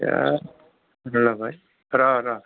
ए जानालाबाय र' र'